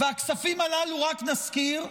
הכספים הללו, רק נזכיר,